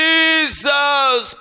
Jesus